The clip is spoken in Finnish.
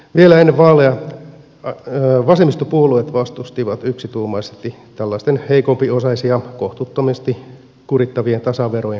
vielä ennen vaaleja vasemmistopuolueet vastustivat yksituumaisesti tällaisten heikompiosaisia kohtuuttomasti kurittavien tasaverojen korottamista